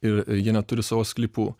ir jie neturi savo sklypų